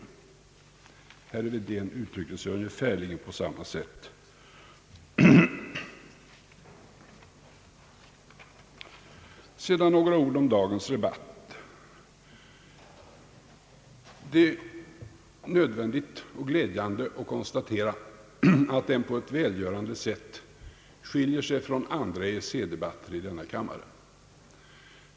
Herr Wedén uttryckte sig ungefärligen på samma sätt. Sedan vill jag säga några ord om dagens debatt. Det är nödvändigt och glädjande att konstatera, att den på ett välgörande sätt skiljer sig från andra EEC-debatter i denna kammare.